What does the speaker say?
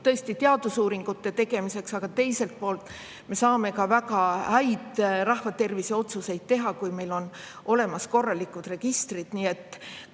tõesti teadusuuringute tegemiseks, aga teiselt poolt me saame ka väga häid rahvatervise otsuseid teha, kui meil on olemas korralikud registrid. Nii et